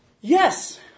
yes